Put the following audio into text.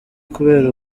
kubera